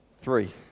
three